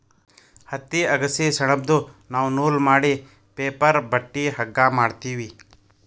ಹತ್ತಿ ಅಗಸಿ ಸೆಣಬ್ದು ನಾವ್ ನೂಲ್ ಮಾಡಿ ಪೇಪರ್ ಬಟ್ಟಿ ಹಗ್ಗಾ ಮಾಡ್ತೀವಿ